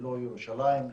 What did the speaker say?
ללא ירושלים,